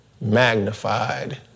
magnified